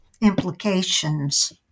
implications